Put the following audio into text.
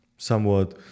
somewhat